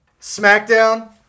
SmackDown